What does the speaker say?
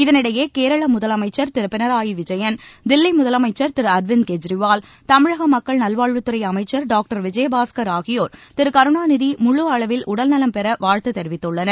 இதனிடையே கேரள முதலமைச்சர் திரு பினராயி விஜயன் தில்வி முதலமைச்சர் திரு அர்விந்த் கேஜ்ரிவால் தமிழக மக்கள் நல்வாழ்வுத்துறை அமைச்சர் டாக்டர் விஜயபாஸ்கர் ஆகியோர் திரு கருணாநிதி முழு அளவில் உடல்நலம் பெற வாழ்த்து தெரிவித்துள்ளனர்